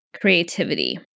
creativity